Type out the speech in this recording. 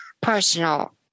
personal